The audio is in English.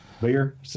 Beer